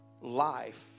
life